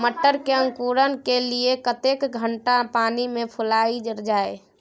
मटर के अंकुरण के लिए कतेक घंटा पानी मे फुलाईल जाय?